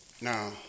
Now